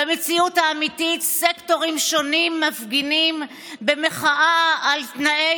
במציאות האמיתית סקטורים שונים מפגינים במחאה על תנאי